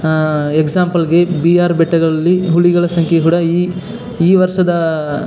ಎಕ್ಸಾಂಪಲ್ಲಿಗೆ B R ಬೆಟ್ಟಗಳಲ್ಲಿ ಹುಲಿಗಳ ಸಂಖ್ಯೆ ಕೂಡ ಈ ಈ ವರ್ಷದ